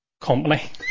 company